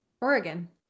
Oregon